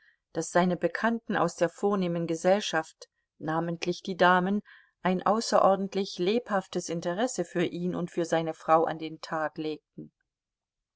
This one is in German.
daß seine bekannten aus der vornehmen gesellschaft namentlich die damen ein außerordentlich lebhaftes inte resse für ihn und für seine frau an den tag legten